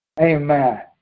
Amen